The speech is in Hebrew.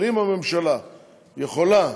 אבל אם הממשלה יכולה